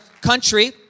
country